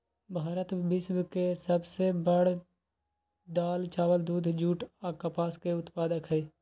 भारत विश्व के सब से बड़ दाल, चावल, दूध, जुट आ कपास के उत्पादक हई